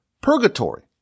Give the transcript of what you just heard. purgatory